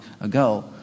ago